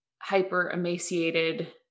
hyper-emaciated